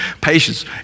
patience